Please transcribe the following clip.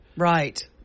Right